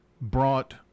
brought